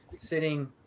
sitting